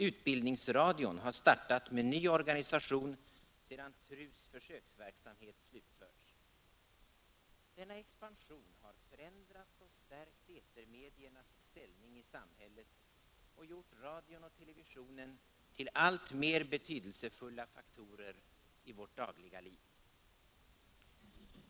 Utbildningsradion har startat med ny organisation, sedan TRU:s försöksverksamhet slutförts. Denna expansion har förändrat och stärkt etermediernas ställning i samhället och gjort radion och televisionen till alltmer betydelsefulla faktorer i vårt dagliga liv.